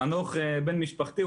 חנוך בן משפחתי,